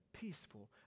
peaceful